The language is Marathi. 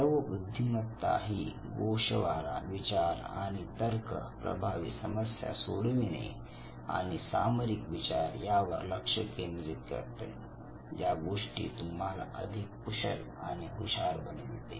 द्रव बुद्धिमत्ता ही गोषवारा विचार आणि तर्क प्रभावी समस्या सोडवणे आणि सामरिक विचार यावर लक्ष केंद्रित करते या गोष्टी तुम्हाला अधिक कुशल आणि हुशार बनविते